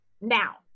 now